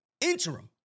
interim